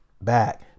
back